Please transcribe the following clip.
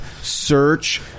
Search